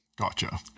Gotcha